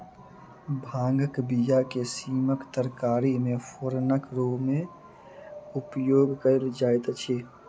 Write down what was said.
भांगक बीया के सीमक तरकारी मे फोरनक रूमे उपयोग कयल जाइत अछि